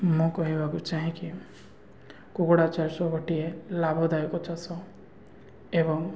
ମୁଁ କହିବାକୁ ଚାହେଁକି କୁକୁଡ଼ା ଚାଷ ଗୋଟିଏ ଲାଭଦାୟକ ଚାଷ ଏବଂ